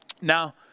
Now